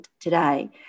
today